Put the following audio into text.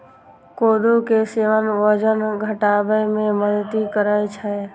कोदो के सेवन वजन घटाबै मे मदति करै छै